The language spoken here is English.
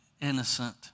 innocent